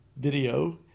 video